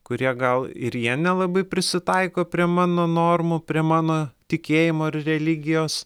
kurie gal ir jie nelabai prisitaiko prie mano normų prie mano tikėjimo ir religijos